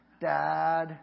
Dad